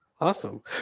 Awesome